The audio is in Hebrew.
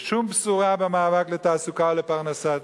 ושום בשורה במאבק לתעסוקה ולפרנסה,